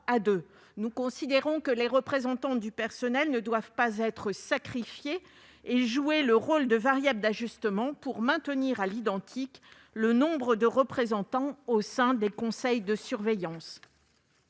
Nous considérons que ces représentants ne doivent ni être sacrifiés ni jouer un rôle de variable d'ajustement pour maintenir, à l'identique, le nombre de représentants au sein des conseils de surveillance.